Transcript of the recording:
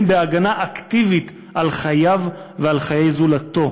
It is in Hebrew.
בהגנה אקטיבית על חייו ועל חיי זולתו.